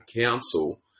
council